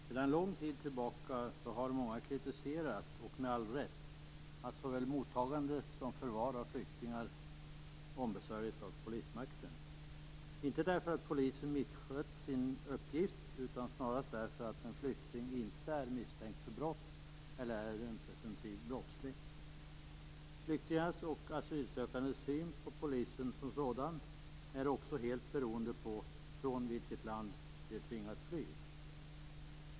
Herr talman! Sedan lång tid tillbaka har många med all rätt kritiserat att såväl mottagande som förvar av flyktingar ombesörjs av polismakten, inte därför att polisen misskött sin uppgift utan snarast därför att en flykting inte är misstänkt för brott eller är presumtiv brottsling. Flyktingars och asylsökandes syn på polisen som sådan är också helt beroende på från vilket land de tvingats fly.